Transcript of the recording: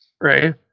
right